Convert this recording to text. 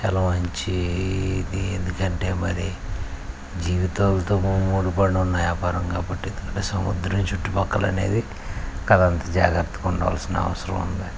తలవంచి ఇది ఎందుకంటే మరి జీవితాలతో ముడిపడి ఉన్న యాపారం కాబట్టి ఇది సముద్రం చుట్టుపక్కల అనేది కాస్తంత జాగ్రత్తగా ఉండాల్సిన అవసరం ఉంది